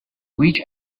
which